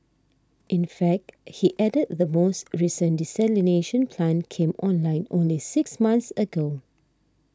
in fact he added the most recent desalination plant came online only six months ago